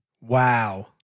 Wow